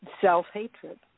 self-hatred